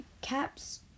Caps